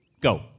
Go